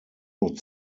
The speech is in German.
nur